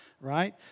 right